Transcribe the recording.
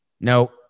No